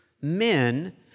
men